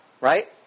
Right